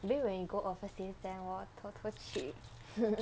then when you go overseas then 我偷偷去